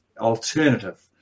alternative